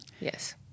Yes